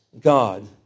God